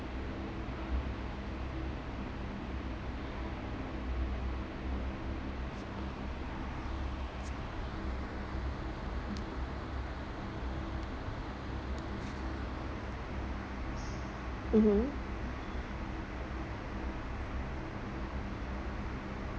mmhmm